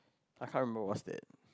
I can't remember what's that